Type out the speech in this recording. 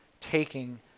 taking